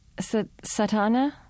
Satana